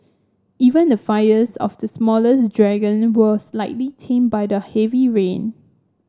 even the fires of the smaller's dragon were slightly tamed by the heavy rain